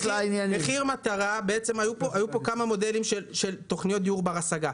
היו כמה מודלים של תוכניות דיור בר השגה.